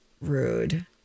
Rude